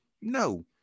No